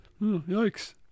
Yikes